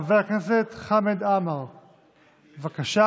חבר הכנסת חמד עמאר, בבקשה.